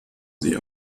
sie